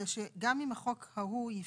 מה שעוד אדוני, זה שגם אם החוק ההוא יפקע,